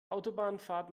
autobahnabfahrt